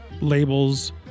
labels